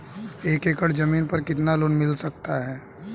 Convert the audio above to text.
एक एकड़ जमीन पर कितना लोन मिल सकता है?